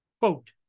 quote